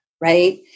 right